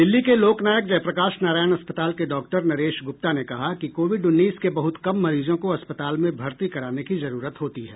दिल्ली के लोकनायक जयप्रकाश नारायण अस्पताल के डॉक्टर नरेश गुप्ता ने कहा कि कोविड उन्नीस के बहुत कम मरीजों को अस्पताल में भर्ती कराने की जरूरत होती है